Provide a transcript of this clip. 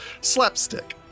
slapstick